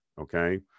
okay